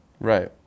Right